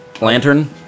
lantern